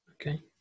Okay